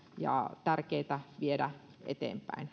ja tärkeitä viedä eteenpäin